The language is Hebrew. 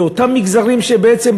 ואותם מגזרים בעצם,